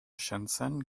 shenzhen